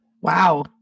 Wow